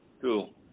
Cool